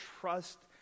trust